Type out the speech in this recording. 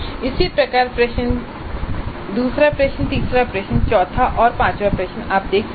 इसी प्रकार दूसरा प्रश्न तीसरा प्रश्न चौथा प्रश्न पांचवा प्रश्न आप देख सकते हैं